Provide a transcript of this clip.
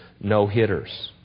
no-hitters